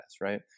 Right